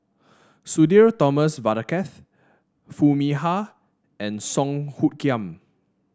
Sudhir Thomas Vadaketh Foo Mee Har and Song Hoot Kiam